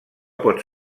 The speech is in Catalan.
pot